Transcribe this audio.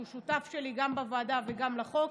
שהוא שותף שלי גם בוועדה וגם לחוק.